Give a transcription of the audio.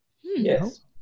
Yes